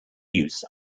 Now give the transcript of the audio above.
use